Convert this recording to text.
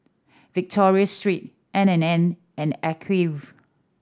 Victoria Secret N and N and Acuvue